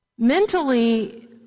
Mentally